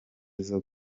zose